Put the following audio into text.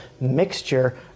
mixture